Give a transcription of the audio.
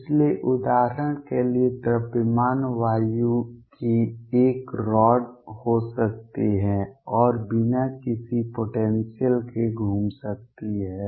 इसलिए उदाहरण के लिए द्रव्यमान वायु की एक रॉड हो सकती है और बिना किसी पोटेंसियल के घूम सकती है